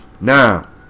Now